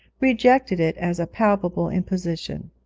rejected it as a palpable imposition.